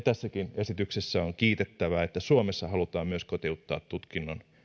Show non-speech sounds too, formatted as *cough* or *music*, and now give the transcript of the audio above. *unintelligible* tässäkin esityksessä on kiitettävää että suomessa halutaan myös kotiuttaa tutkinnon